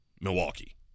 milwaukee